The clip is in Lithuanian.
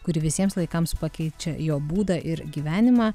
kuri visiems laikams pakeičia jo būdą ir gyvenimą